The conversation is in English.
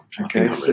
Okay